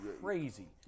crazy